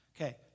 Okay